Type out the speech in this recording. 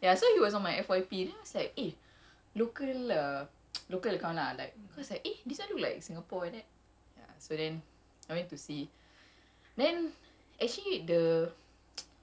ya so he was on my F_Y_P list like eh local uh local account lah like eh this one look like singapore like that ya so then I went to see then actually the